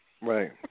Right